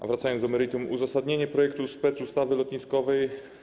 A wracając do meritum: uzasadnienie projektu specustawy lotniskowej.